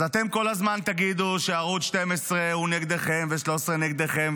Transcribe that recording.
אז אתם כל הזמן תגידו שערוץ 12 הוא נגדכם ו-13 נגדכם,